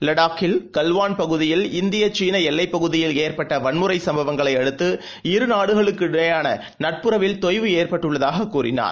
லடாக்கில் கல்வான் பகுதியில் இந்தியசீனஎல்லைப்பகுதியில் ஏற்பட்டவன்முறைசப்பவங்களைஅடுத்து இரு நாடுகளுக்குமிடையேயானநட்புறவில் தொய்வு ஏற்பட்டுள்ளதாககூறினார்